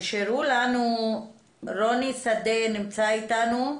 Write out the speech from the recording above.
נשארו לנו רוני שדה, נמצא איתנו?